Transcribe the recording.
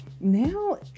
now